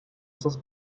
esos